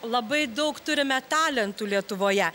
labai daug turime talentų lietuvoje